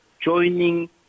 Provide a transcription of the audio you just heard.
joining